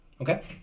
Okay